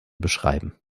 beschreiben